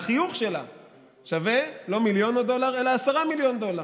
לא מיליון דולר אלא 10 מיליון דולר,